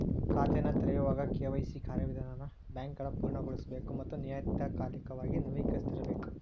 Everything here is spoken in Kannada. ಖಾತೆನ ತೆರೆಯೋವಾಗ ಕೆ.ವಾಯ್.ಸಿ ಕಾರ್ಯವಿಧಾನನ ಬ್ಯಾಂಕ್ಗಳ ಪೂರ್ಣಗೊಳಿಸಬೇಕ ಮತ್ತ ನಿಯತಕಾಲಿಕವಾಗಿ ನವೇಕರಿಸ್ತಿರಬೇಕ